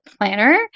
planner